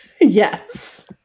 yes